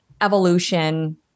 evolution